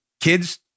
kids